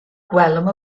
gwelem